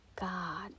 God